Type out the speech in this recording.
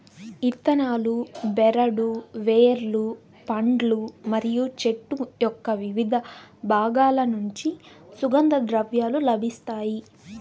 ఇత్తనాలు, బెరడు, వేర్లు, పండ్లు మరియు చెట్టు యొక్కవివిధ బాగాల నుంచి సుగంధ ద్రవ్యాలు లభిస్తాయి